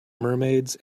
mermaids